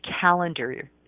calendar